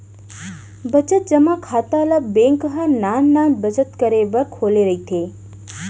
बचत जमा खाता ल बेंक ह नान नान बचत करे बर खोले रहिथे